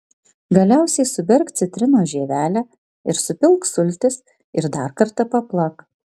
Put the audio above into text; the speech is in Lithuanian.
galiausiai suberk citrinos žievelę ir supilk sultis ir dar kartą paplak